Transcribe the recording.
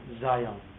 Zion